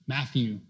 Matthew